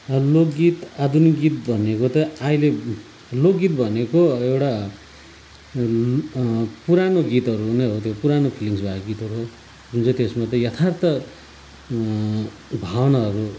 लोक गीत आधुनिक गीत भनेको त आहिले लोक गीत भनेको एउटा पुरानो गीतहरू नै हो त्यो पुरानो फिलिङ्स भएको गीतहरू जुन चाहिँ त्यसमा चाहिँ यथार्थ भावनाहरू